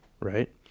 right